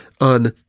on